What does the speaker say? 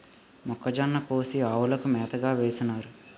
మొక్కజొన్న కోసి ఆవులకు మేతగా వేసినారు